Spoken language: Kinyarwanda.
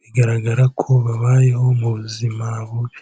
bigaragara ko babayeho mu buzima bubi.